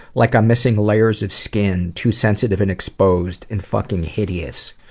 like i'm missing layers of skin, too sensitive and exposed, and fucking hideous.